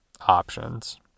options